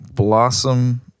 Blossom